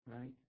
right